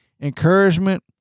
encouragement